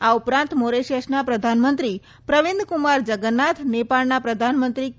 આ ઉપરાંત મોરિશિયસના પ્રધાનમંત્રી પ્રવીંદકુમાર જગન્નાથ નેપાળના પ્રધાનમંત્રી કે